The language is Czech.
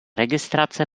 registrace